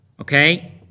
Okay